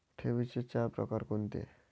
ठेवींचे चार प्रकार कोणते?